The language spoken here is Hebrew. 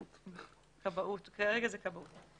כרגע זה כבאות.